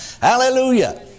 Hallelujah